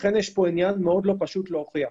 לכן יש כאן עניין מאוד לא פשוט להוכיח.